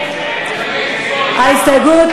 ההסתייגות